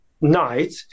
night